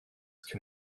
can